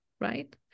right